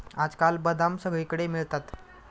आजकाल बदाम सगळीकडे मिळतात